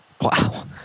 Wow